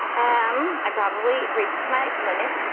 um, i probably reached my limit,